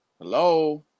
Hello